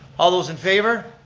all those in favor.